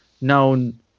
known